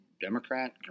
Democrat